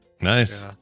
Nice